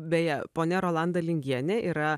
beje ponia rolanda lingienė yra